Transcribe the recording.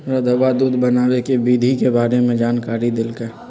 रधवा दूध बनावे के विधि के बारे में जानकारी देलकई